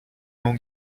nom